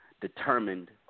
determined